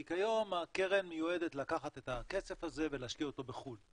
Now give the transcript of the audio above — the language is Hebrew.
כי כיום הקרן מיועדת לקחת את הכסף הזה ולהשקיע אותו בחו"ל.